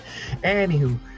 anywho